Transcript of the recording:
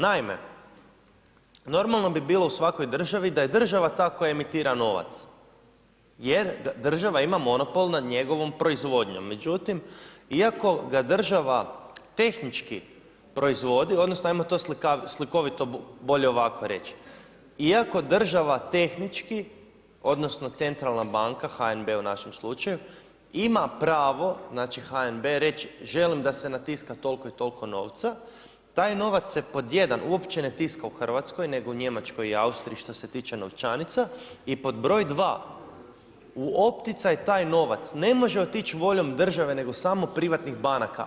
Naime, normalno bi bilo u svakoj državi da je država ta koja emitira novac jer država ima monopol nad njegovom proizvodnjom, međutim iako ga država tehnički proizvodi, odnosno ajmo to slikovito bolje ovako reći, iako država tehnički odnosno centralna banka HNB u našem slučaju ima pravo na HNB reći, želim da se natiska toliko i toliko novaca, taj novac se pod 1) uopće ne tiska u Hrvatskoj nego u Njemačkoj i Austriji što se tiče novčanica i pod broj 2) u opticaj taj novac ne može otići voljom države nego samo privatnih banaka.